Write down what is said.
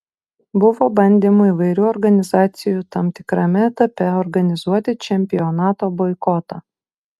buvo bandymų įvairių organizacijų tam tikrame etape organizuoti čempionato boikotą